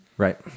Right